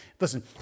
listen